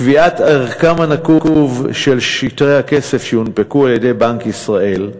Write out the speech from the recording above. קביעת ערכם הנקוב של שטרי הכסף שיונפקו על-ידי בנק ישראל,